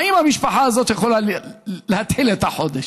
האם המשפחה הזאת יכולה להתחיל את החודש?